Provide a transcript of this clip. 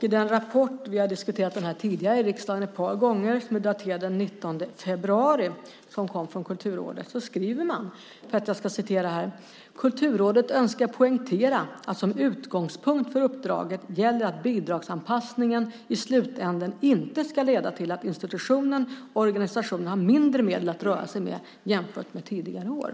I den rapport - vi har diskuterat den ett par gånger tidigare i riksdagen - som är daterad den 19 februari som kom från Kulturrådet skriver man: "Kulturrådet önskar poängtera att som utgångspunkt för uppdraget gäller att bidragsanpassningen i slutänden inte skall leda till att institutionen/organisationen har mindre medel att röra sig med, jämfört med tidigare år."